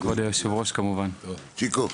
צ'יקו,